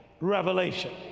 revelation